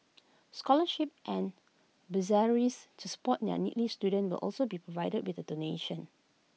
scholarships and bursaries to support their needy students will also be provided with the donation